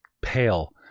pale